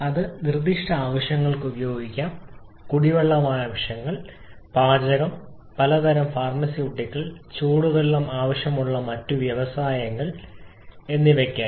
അത് നിർദ്ദിഷ്ട ആവശ്യങ്ങൾക്ക് ഉപയോഗിക്കാം കുടിവെള്ള ആവശ്യങ്ങൾ പാചകം പലതരം ഫാർമസ്യൂട്ടിക്കൽ ചൂടുവെള്ളം ആവശ്യമുള്ള മറ്റ് വ്യവസായങ്ങൾ എന്നിവയ്ക്കായി